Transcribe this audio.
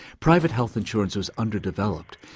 private health insurance was underdeveloped.